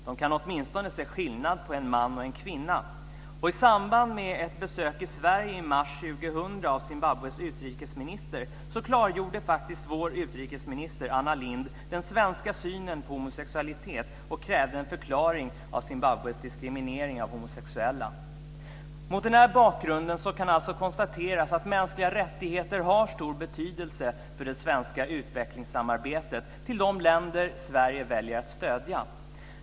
De kan åtminstone se skillnad på en man och en kvinna. Zimbabwes utrikesminister klargjorde vår utrikesminister Anna Lindh den svenska synen på homosexualitet och krävde en förklaring av Zimbabwes diskriminering av homosexuella. Mot den här bakgrunden kan det alltså konstateras att mänskliga rättigheter har stor betydelse för det svenska utvecklingssamarbetet med de länder som Sverige väljer att stödja.